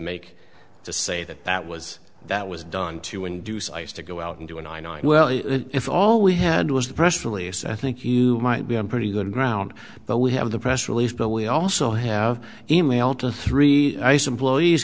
make to say that that was that was done to induce ice to go out and do and i nine well if all we had was the press release i think you might be on pretty good ground but we have the press release but we also have an e mail to three ice employees